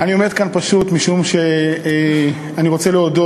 אני עומד כאן פשוט משום שאני רוצה להודות